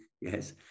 yes